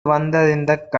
வந்த